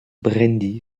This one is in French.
brandi